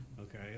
Okay